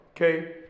Okay